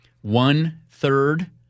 one-third